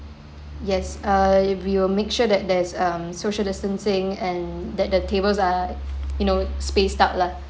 yes err we will make sure that there is um social distancing and that the tables uh you know spaced out lah